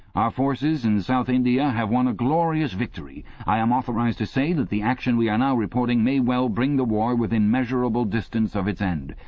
our forces in south india have won a glorious victory. i am authorized to say that the action we are now reporting may well bring the war within measurable distance of its end.